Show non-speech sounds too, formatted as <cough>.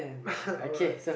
<laughs> alright